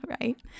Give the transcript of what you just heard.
right